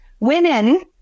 Women